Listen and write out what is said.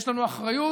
אינו נוכח,